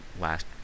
last